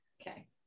Okay